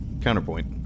counterpoint